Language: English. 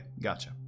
Gotcha